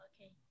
okay